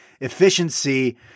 efficiency